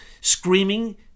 screaming